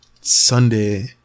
Sunday